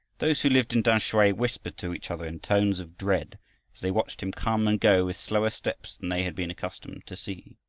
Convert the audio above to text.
those who lived in tamsui whispered to each other in tones of dread, as they watched him come and go with slower steps than they had been accustomed to see.